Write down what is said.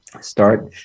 Start